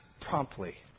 promptly